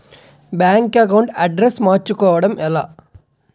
Bank account address మార్చుకోవడం ఎలా?